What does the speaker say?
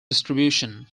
distribution